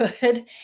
good